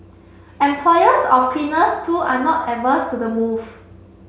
employers of cleaners too are not averse to the move